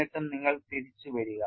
എന്നിട്ട് നിങ്ങൾ തിരിച്ചുവരിക